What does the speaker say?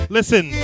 Listen